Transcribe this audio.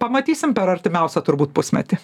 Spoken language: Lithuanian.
pamatysim per artimiausią turbūt pusmetį